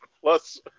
plus